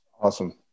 Awesome